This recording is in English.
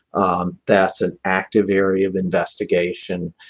um that's an active area of investigation.